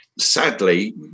Sadly